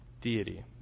deity